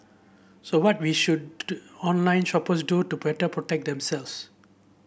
so what we should online shoppers do to better protect themselves